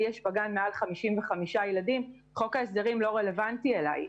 בגן שלי יש מעל 55 ילדים אז חוק ההסדרים לא רלוונטי אלי.